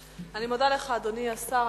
אני מודה לך, אדוני השר.